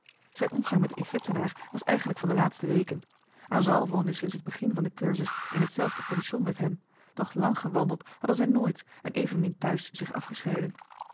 zijn omgang met den egyptenaar was eigenlijk van de laatste weken asal woonde sinds het begin van den cursus in hetzelfde pension met hem doch lang gewandeld hadden zij nooit en evenmin thuis zich afgescheiden